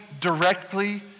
directly